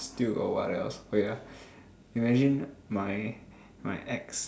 still got what else wait ah imagine my my ex